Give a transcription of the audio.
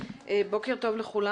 בוקר טוב לכולם.